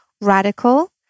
radical